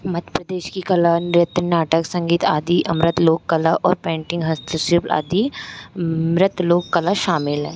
मध्य प्रदेश की कला नृत्य नाटक संगीत आदि अमृत लोक कला और पेंटिंग हस्तशिल्प आदि मृत लोक कला शामिल है